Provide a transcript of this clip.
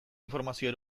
informazioa